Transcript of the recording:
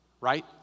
right